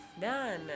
Done